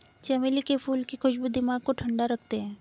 चमेली के फूल की खुशबू दिमाग को ठंडा रखते हैं